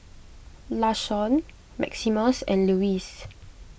Lashawn Maximus and Lewis